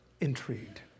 intrigued